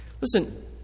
Listen